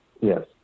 Yes